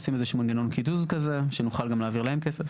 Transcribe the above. עושים איזה שהוא מנגנון קיזוז כזה שנוכל גם להעביר להם כסף.